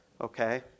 Okay